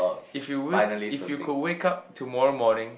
if you wake if you got wake up tomorrow morning